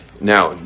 now